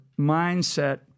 mindset